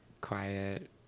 Quiet